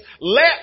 let